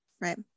right